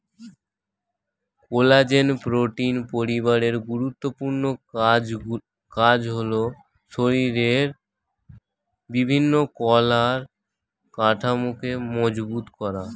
collagen protein পরিবারের গুরুত্বপূর্ণ কাজ হলো শরীরের বিভিন্ন কলার কাঠামোকে মজবুত করা